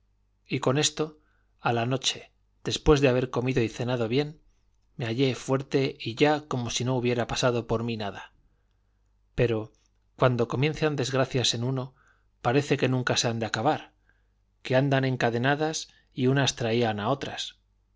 y con esto a la noche después de haber comido y cenado bien me hallé fuerte y ya como si no hubiera pasado por mí nada pero cuando comienzan desgracias en uno parece que nunca se han de acabar que andan encadenadas y unas traían a otras